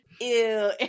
Ew